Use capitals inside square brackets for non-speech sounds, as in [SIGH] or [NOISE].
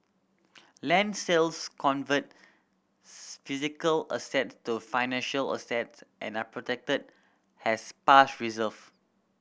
land sales convert [UNINTELLIGIBLE] physical asset to financial assets and are protected has past reserve